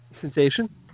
Sensation